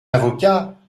avocat